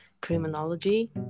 criminology